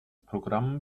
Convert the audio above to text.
programm